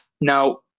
Now